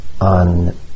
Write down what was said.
on